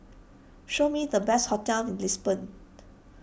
show me the best hotels in Lisbon